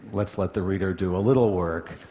let's let the reader do a little work.